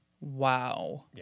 Wow